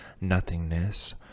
Nothingness